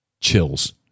chills